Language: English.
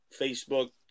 Facebook